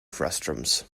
frustums